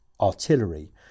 artillery